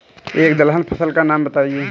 एक दलहन फसल का नाम बताइये